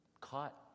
caught